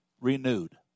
renewed